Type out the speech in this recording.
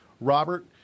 Robert